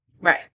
Right